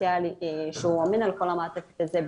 סוציאלי שהוא אמון על כל המעטפת הזאת,